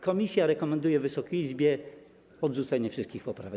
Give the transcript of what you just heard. Komisja rekomenduje Wysokiej Izbie odrzucenie wszystkich poprawek.